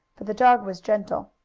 for the dog was gentle.